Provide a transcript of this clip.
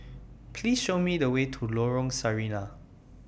Please Show Me The Way to Lorong Sarina